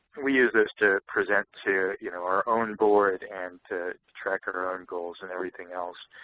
we use this to present to you know our own board and to track our own goals and everything else.